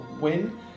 win